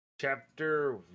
chapter